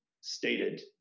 stated